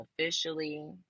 officially